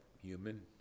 human